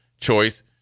choice